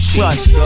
Trust